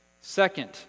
Second